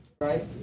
Right